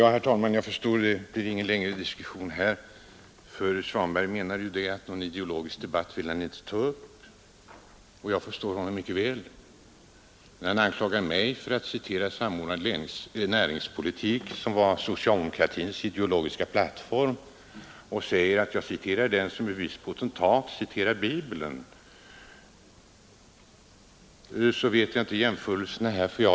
Herr talman! Jag förstår att det inte blir någon längre diskussion vid denna punkt. Herr Svanberg sade ju att han inte vill ta upp någon ideologisk debatt, och jag förstår honom mycket väl. Han anklagade mig för att citera skriften Samordnad näringspolitik, som var socialdemokratins ideologiska plattform, ungefär på samma sätt som en viss potentat citerar bibeln, men jag tycker inte att den jämförelsen är riktig.